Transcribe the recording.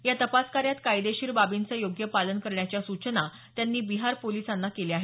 या तपासकार्यात कायदेशीर बाबींचं योग्य पालन करण्याच्या सूचना त्यांनी बिहार पोलिसांना केल्या आहेत